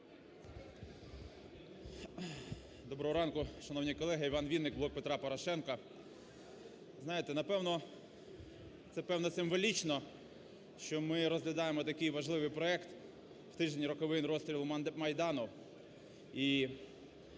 Доброго ранку, шановні колеги. Іван Вінник, "Блок Петра Порошенка". Знаєте, напевно, це, певно, символічно, що ми розглядаємо такий важливий проект в тиждень роковин розстрілу Майдану